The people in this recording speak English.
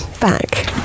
back